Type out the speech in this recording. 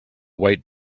white